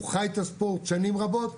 הוא חי את הספורט שנים רבות,